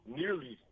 nearly